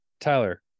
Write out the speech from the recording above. Tyler